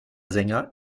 sänger